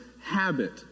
habit